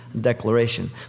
declaration